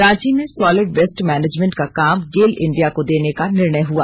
रांची में solid waste management का काम गेल इंडिया को देने का निर्णय हआ